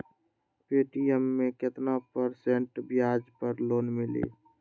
Paytm मे केतना percent ब्याज पर लोन मिली?